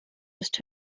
ist